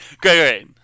great